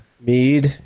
Mead